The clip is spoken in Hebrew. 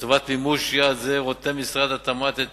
לטובת מימוש יעד זה רותם משרד התמ"ת את